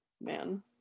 Man